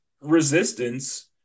resistance